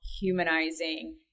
humanizing